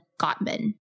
Gottman